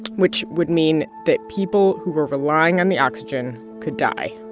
which would mean that people who were relying on the oxygen could die